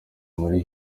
muri